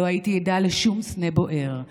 לא הייתי עדה לשום סנה בוער,